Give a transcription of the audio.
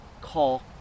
call